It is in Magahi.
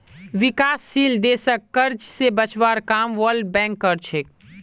विकासशील देशक कर्ज स बचवार काम वर्ल्ड बैंक कर छेक